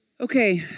Okay